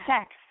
sex